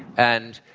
and,